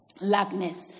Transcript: lackness